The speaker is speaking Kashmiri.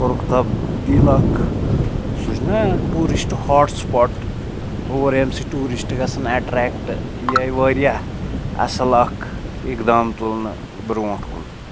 کوٚرُکھ تَبدیٖل اَکھ سُہ چھِ نہ ٹیوٗرِسٹ ہاٹ سٕپاٹ تور ییٚمہِ سۭتۍ ٹیوٗرِسٹ گژھن اَٹرٛیکٹ یہِ آیہِ واریاہ اَصٕل اَکھ اِقدام تُلنہٕ برٛونٛٹھ کُن